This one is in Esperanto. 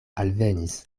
alvenis